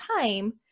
time